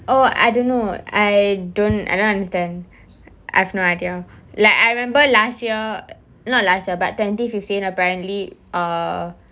oh I don't know I don't I don't understand I've no idea like I remember last year not last year but twenty fifteen apparently err